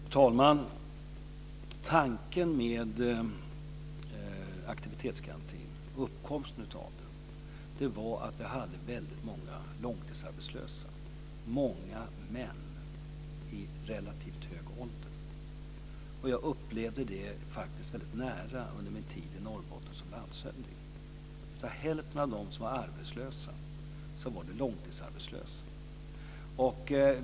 Fru talman! Bakgrunden till att aktivitetsgarantin kom till var ett läge där det fanns väldigt många långtidsarbetslösa män i relativt hög ålder. Jag upplevde detta väldigt nära under min tid som landshövding i Norrbotten. Hälften av de arbetslösa där var långtidsarbetslösa.